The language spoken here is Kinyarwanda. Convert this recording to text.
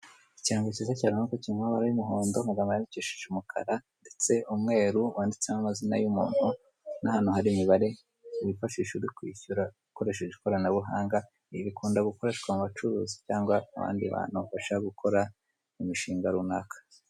Ikirango kiza cyane nuko kiri mu mabara y'umuhondo amagambo yandikishije umukara ndetse umweru wanditsemo amazina y'umuntu n'ahantu hari imibare wifashisha urikwishyura ikoranabuhanga ibi bikunda gukoreshwa n'abacuruzi cyangwa abandi bantu bashaka gukora imishinga runaka.